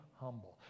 humble